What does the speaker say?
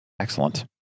Excellent